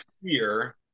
fear